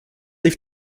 leaf